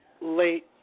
Late